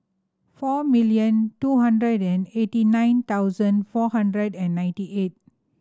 four million two hundred and eighty nine thousand four hundred and ninety eight